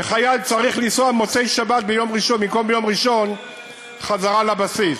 וחייל צריך לנסוע במוצאי-שבת במקום ביום ראשון חזרה לבסיס.